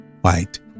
white